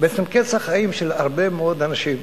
בעצם קץ החיים של הרבה מאוד אנשים,